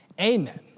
amen